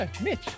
Mitch